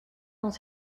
dans